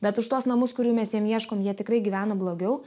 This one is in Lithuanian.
bet už tuos namus kurių mes jam ieškom jie tikrai gyvena blogiau